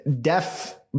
deaf